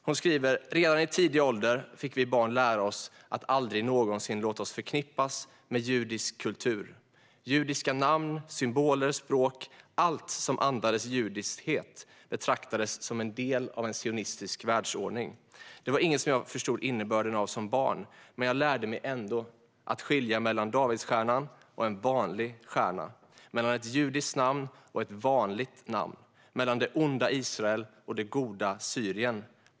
Hon skriver: "Redan i tidig ålder fick vi barn lära oss att aldrig någonsin låta oss förknippas med judisk kultur. Judiska namn, symboler, språk, allt som andades judiskhet betraktades som en del av en sionistisk världsordning. Det var inget som jag förstod innebörden av som barn, men jag lärde mig ändå att skilja mellan davidsstjärnan och en 'vanlig' stjärna, mellan ett judiskt namn och ett 'vanligt' namn. Mellan det onda Israel och det goda Syrien.